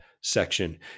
section